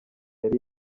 yari